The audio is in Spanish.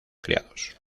criados